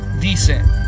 decent